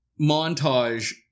montage